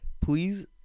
please